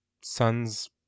son's